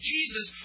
Jesus